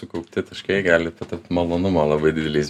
sukaupti taškai gali patapt malonumo labai dideliais